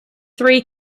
three